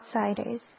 outsiders